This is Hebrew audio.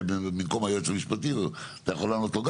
במקום היועץ המשפטי שיכול גם הוא לענות לך